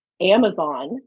Amazon